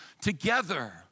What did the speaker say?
together